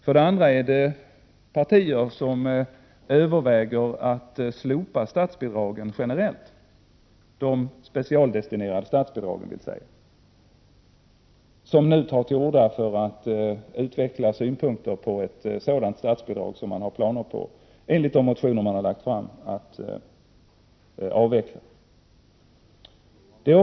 För det andra är det partier som överväger att slopa statsbidragen generellt, dvs. de specialdestinerade statsbidragen, som nu tar till orda för att utveckla synpunkter på ett sådant statsbidrag. Man har planer på att avveckla detta statsbidrag, enligt de motioner man har lagt fram.